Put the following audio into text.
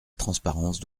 transparence